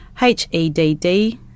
HEDD